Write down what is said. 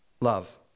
love